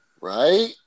Right